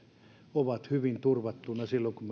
ovat hyvin turvattuna silloin kun